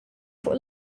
fuq